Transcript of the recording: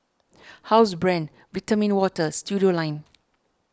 Housebrand Vitamin Water Studioline